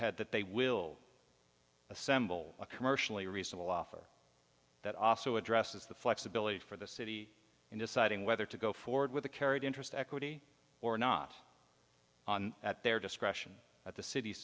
ahead that they will assemble a commercially reasonable offer that also addresses the flexibility for the city in deciding whether to go forward with the carried interest equity or not at their discretion at the city's